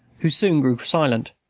who soon grew silent.